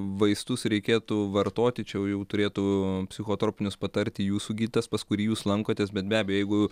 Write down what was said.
vaistus reikėtų vartoti čia jau jau turėtų psichotropinius patarti jūsų gydytojas pas kurį jūs lankotės bet be abejo jeigu